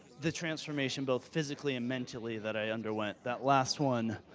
the transformation both physically and mentally that i underwent. that last one,